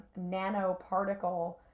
nanoparticle